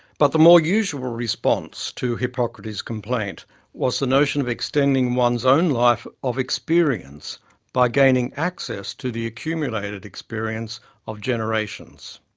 but the more usual response to hippocrates' complaint was the notion of extending one's own life of experience by gaining access to the accumulated experience of generations.